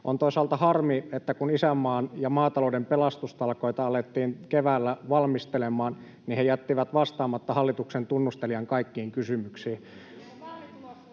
On toisaalta harmi, että kun isänmaan ja maatalouden pelastustalkoita alettiin keväällä valmistelemaan, niin he jättivät vastaamatta hallituksen tunnustelijan kaikkiin kysymyksiin.